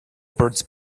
birds